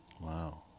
wow